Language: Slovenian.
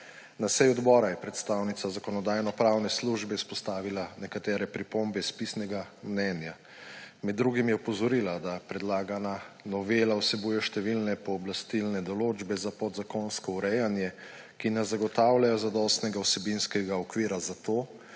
Na seji odbora je predstavnica Zakonodajno-pravne službe izpostavila nekatere pripombe iz pisnega mnenja. Med drugim je opozorila, da predlagana novela vsebuje številne pooblastilne določbe za podzakonsko urejanje, ki ne zagotavljajo zadostnega vsebinskega okvira za to,